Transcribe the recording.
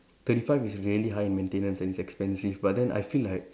thirty five is really high in maintenance and it's expensive but then I feel like